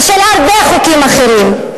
ושל הרבה חוקים אחרים.